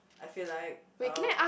I feel like um